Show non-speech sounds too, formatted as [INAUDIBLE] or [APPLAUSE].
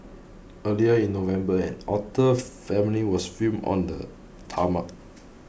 earlier in November an otter [NOISE] family was filmed on the tarmac